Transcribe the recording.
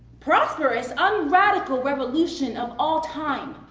prosperous, un-radical revolution of all time.